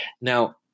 Now